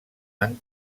han